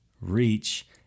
reach